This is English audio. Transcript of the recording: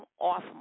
awesome